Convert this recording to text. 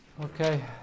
Okay